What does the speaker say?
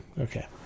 Okay